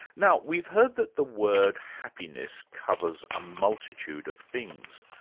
now we've heard that the word happiness covers a multitude of things,